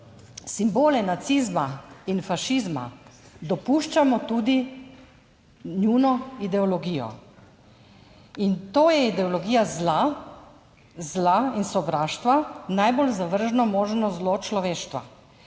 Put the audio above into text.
simbole nacizma in fašizma, dopuščamo tudi njuno ideologijo. In to je ideologija zla, zla in sovraštva, najbolj zavržno možno zlo človeštva,